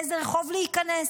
באיזה רחוב להיכנס.